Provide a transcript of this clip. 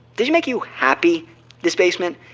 did you make you happy this basement.